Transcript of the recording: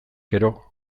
gero